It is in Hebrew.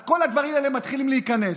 אז כל הדברים האלה מתחילים להיכנס.